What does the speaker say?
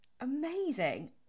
Amazing